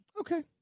Okay